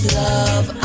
love